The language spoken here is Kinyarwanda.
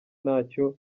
ntacyo